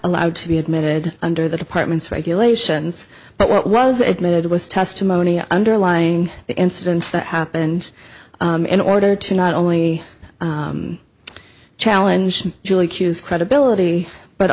allowed to be admitted under the department's regulations but what was admitted was testimony underlying the incidents that happened in order to not only challenge julie q s credibility but